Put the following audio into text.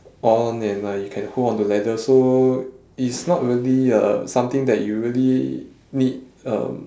on and like you can hold on the ladder so it's not really um something that you really need um